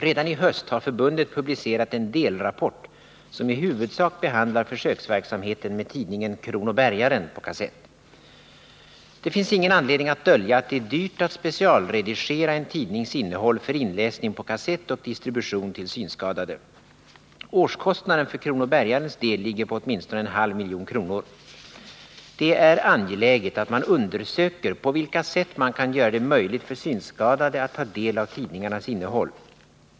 Redan i höst har förbundet publicerat en delrapport, som i huvudsak behandlar försöksverksamheten med tidningen Kronobergaren på kassett. Det finns ingen anledning att dölja att det är dyrt att specialredigera en tidnings innehåll för inläsning på kassett och distribution till synskadade. Årskostnaden för Kronobergarens del ligger på åtminstone en halv miljon kronor. Det är angeläget att man undersöker på vilka sätt man kan göra det möjligt för synskadade att ta del av tidningarnas innehåll.